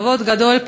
כבוד גדול,